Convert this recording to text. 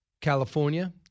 California